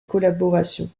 collaboration